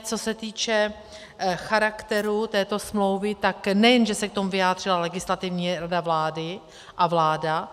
Co se týče charakteru této smlouvy, tak nejenže se k tomu vyjádřila Legislativní rada vlády a vláda.